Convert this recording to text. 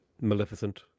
Maleficent